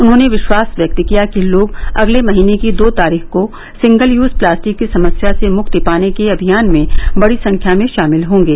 उन्होंने विश्वास व्यक्त किया कि लोग अगले महीने की दो तारीख को सिंगल यूज प्लास्टिक की समस्या से मुक्ति पाने के अभियान में बड़ी संख्या में शामिल होंगे